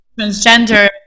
transgender